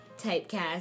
typecast